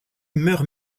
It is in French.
meurt